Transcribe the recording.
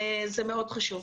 זה מאוד חשוב.